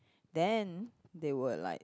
then they would like